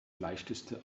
leichteste